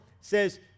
says